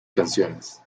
canciones